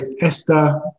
Esther